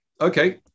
okay